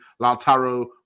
Lautaro